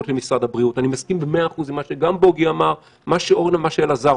50% חולים או נושאים את הנגיף אינם מאותרים - לא בכלי הזה ולא בכלי הזה.